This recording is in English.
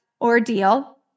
ordeal